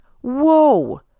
Whoa